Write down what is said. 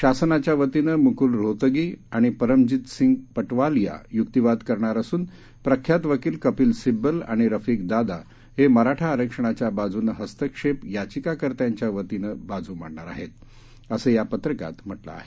शासनाच्या वतीनं मुकूल रोहतगी आणि परमजितसिंग पटवालिया युक्तीवाद करणार असून प्रख्यात वकिल कपिल सिब्बल आणि रफिक दादा हे मराठा आरक्षणाच्या बाजूनं हस्तक्षेप याचिकाकर्त्यांच्या वतीनं बाजू मांडणार आहेत असं या पत्रकात म्हटलं आहे